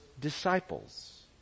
disciples